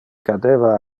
cadeva